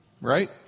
Right